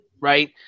right